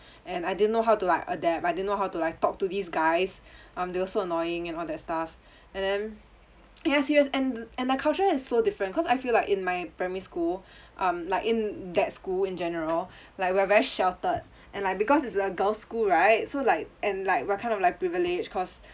and I didn't know how to like adapt I didn't know how to like talk to these guys um they were so annoying and all that stuff and then yes serious and th~ and their culture is so different cause I feel like in my primary school um like in that school in general like we are very sheltered and like because it's a girls' school right so like and like we're kind of like privileged cause